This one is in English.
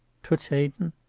toots hayden?